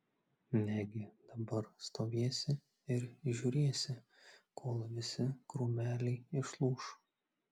negi dabar stovėsi ir žiūrėsi kol visi krūmeliai išlūš